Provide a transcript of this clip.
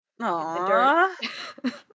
Aww